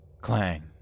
Clang